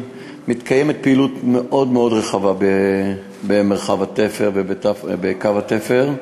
2. מתקיימת פעילות מאוד מאוד רחבה במרחב התפר ובקו התפר,